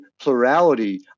plurality